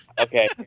Okay